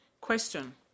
Question